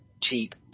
cheap